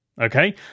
Okay